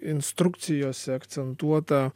instrukcijose akcentuotą